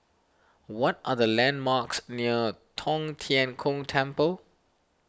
what are the landmarks near Tong Tien Kung Temple